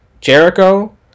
Jericho